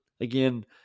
again